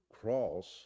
cross